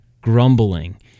grumbling